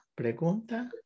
¿Pregunta